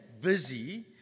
busy